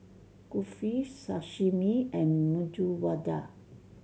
Kulfi Sashimi and Medu Vada